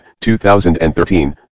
2013